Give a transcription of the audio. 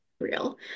real